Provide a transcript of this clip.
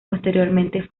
posteriormente